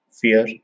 fear